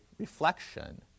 reflection